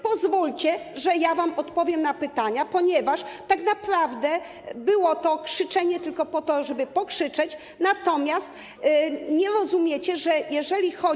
Pozwólcie, że odpowiem wam na pytania, ponieważ tak naprawdę było to krzyczenie tylko po to, żeby pokrzyczeć, natomiast nie rozumiecie, że jeżeli chodzi o.